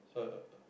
uh uh uh